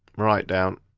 right down